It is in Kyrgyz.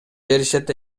беришет